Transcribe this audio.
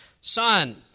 son